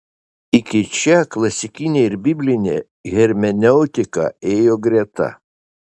iki čia klasikinė ir biblinė hermeneutika ėjo greta